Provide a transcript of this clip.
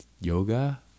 yoga